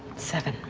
seven.